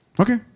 Okay